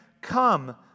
Come